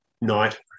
Night